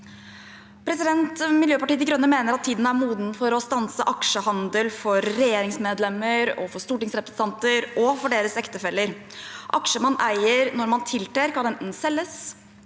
Mil- jøpartiet De Grønne mener at tiden er moden for å stanse aksjehandel for regjeringsmedlemmer, stortingsrepresentanter og deres ektefeller. Aksjer man eier når man tiltrer, kan enten selges,